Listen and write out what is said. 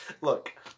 Look